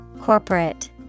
Corporate